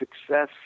success